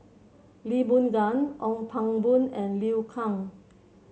Lee Boon Ngan Ong Pang Boon and Liu Kang